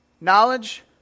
Knowledge